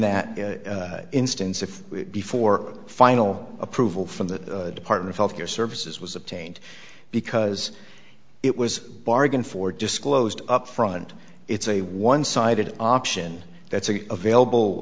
that instance if before final approval from the department health care services was obtained because it was bargained for disclosed upfront it's a one sided option that's an available